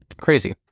Crazy